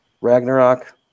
Ragnarok